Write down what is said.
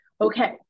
okay